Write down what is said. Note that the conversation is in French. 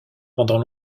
pendant